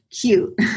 cute